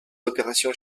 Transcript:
opérations